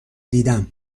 دیدم